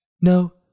No